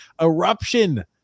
eruption